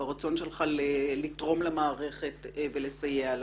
ברצון שלך לתרום למערכת ולסייע לה.